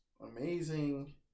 amazing